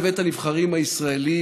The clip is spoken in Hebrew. בבית הנבחרים הישראלי,